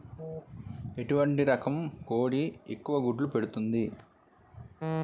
ఎటువంటి రకం కోడి ఎక్కువ గుడ్లు పెడుతోంది?